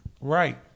Right